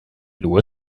nur